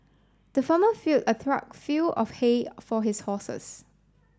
the farmer filled a trough fill of hay for his horses